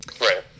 Right